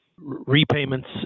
Repayments